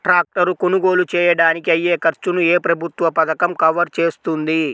Tractor కొనుగోలు చేయడానికి అయ్యే ఖర్చును ఏ ప్రభుత్వ పథకం కవర్ చేస్తుంది?